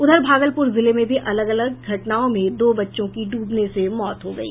उधर भागलपुर जिले में भी अलग अलग घटनाओं में दो बच्चों की डूबने से मौत हो गयी